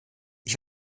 ich